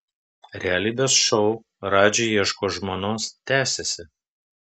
realybės šou radži ieško žmonos tęsiasi